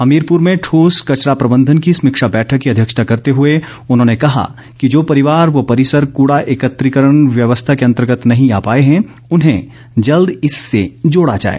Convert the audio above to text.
हमीरपुर में ठोस कचरा प्रबंधन की समीक्षा बैठक की अध्यक्षता करते हुए उन्होंने कहा कि जो परिवार व परिसर कूड़ा एकत्रिकरण व्यवस्था के अन्तर्गत नहीं आ पाए है उन्हें जल्द इससे जोड़ा जाए